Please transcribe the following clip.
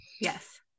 Yes